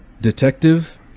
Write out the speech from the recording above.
Detective